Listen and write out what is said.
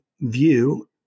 view